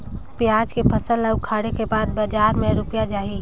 पियाज के फसल ला उखाड़े के बाद बजार मा रुपिया जाही?